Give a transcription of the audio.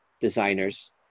designers